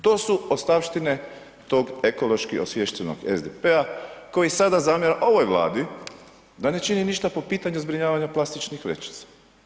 To su ostavštine tog ekološki osviještenog SDP-a koji sada zamjera ovoj Vladi da ne čini ništa po pitanju zbrinjavanja plastičnih vrećica.